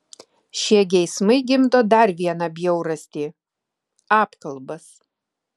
šie geismai gimdo dar vieną bjaurastį apkalbas